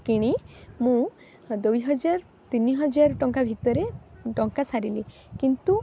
କିଣି ମୁଁ ଦୁଇ ହଜାରେ ତିନି ହଜାରେ ଟଙ୍କା ଭିତରେ ଟଙ୍କା ସାରିଲି କିନ୍ତୁ